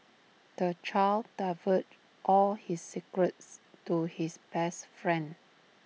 the child divulged all his secrets to his best friend